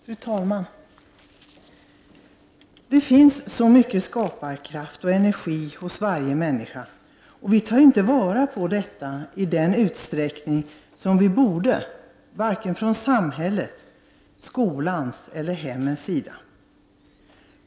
Fru talman! Det finns så mycket skaparkraft och energi hos varje människa. Vi tar inte vara på detta i den utsträckning som vi borde, varken från samhällets, skolans eller hemmens sida.